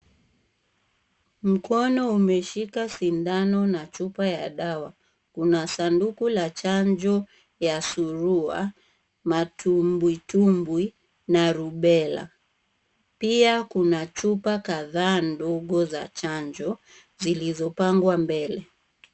Mkono umeshika sindano na chupa ya dawa. Kuna sanduku la chanjo ya surua, matumbwitumbwi na rubela. Pia kuna chupa kadhaa ndogo za chanjo zilizopangwa mbele.